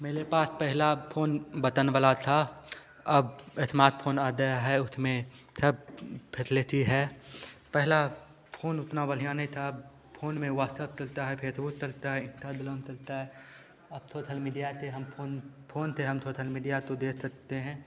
मेरे पास पहला फोन बटन वाला था अब एस्मार्त फोन आ गया है उसमें थब फेथलिती है पहला फोन उतना बढ़िया नहीं था फोन में वासतप चलता है फेसबूत चलता है इंतादलाम चलता है अब थोथल मिदिया थे हम फोन फोन थे हम थोथल मिदिया तो देख सकते है